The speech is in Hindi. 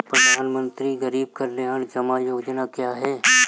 प्रधानमंत्री गरीब कल्याण जमा योजना क्या है?